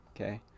okay